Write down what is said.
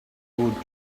would